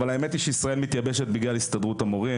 אבל האמת היא שישראל מתייבשת בגלל הסתדרות המורים,